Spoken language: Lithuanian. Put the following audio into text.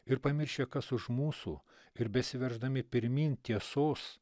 ir pamiršę kas už mūsų ir besiverždami pirmyn tiesos